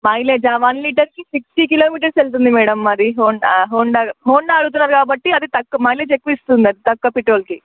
మైలేజా one లీటర్కి sixty kilometres వెళ్తుంది madam అది హోండా హోండా హోండా అడుగుతున్నారు కాబట్టి అది తక్కువ మైలేజ్ ఎక్కువ ఇస్తుంది తక్కువ పెట్రోల్కి